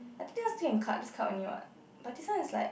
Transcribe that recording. i think i still can cut cut only what but this one is like